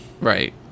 Right